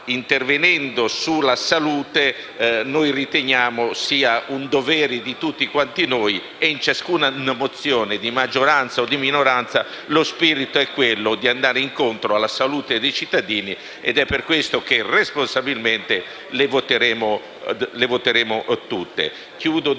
intervenendo sulla salute, sia un dovere di tutti quanti noi e in ciascuna mozione, di maggioranza o minoranza, lo spirito è finalizzato ad andare incontro alla salute dei cittadini. Per questo, responsabilmente, le voteremo tutte.